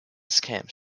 scams